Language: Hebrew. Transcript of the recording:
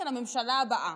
של הממשלה הבאה.